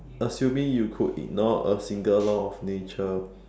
assuming you could ignore a single law of nature